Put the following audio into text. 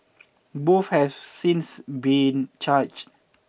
both have since been charged